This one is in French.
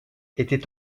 était